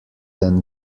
than